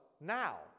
now